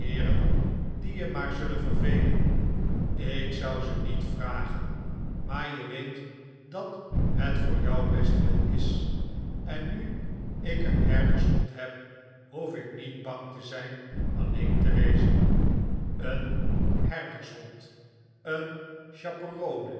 die je maar zullen vervelen ik zou ze niet vragen maar je weet dat het voor jouw bestwil is en nu ik een herdershond heb hoef ik niet bang te zijn alleen te wezen een herdershond een